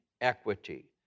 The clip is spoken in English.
equity